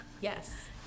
Yes